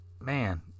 man